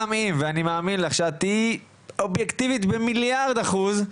אני מאמין לך שאת תהי אובייקטיבית במיליארד אחוז,